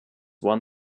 won